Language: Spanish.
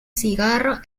cigarro